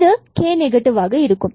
இந்த k நெகட்டிவாக இருக்கும்